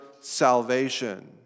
salvation